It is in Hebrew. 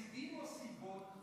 סיבים או סיבות,